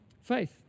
Faith